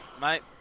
Mate